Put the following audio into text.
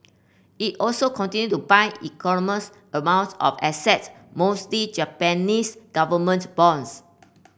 it also continue to buy amounts of assets mostly Japanese government bonds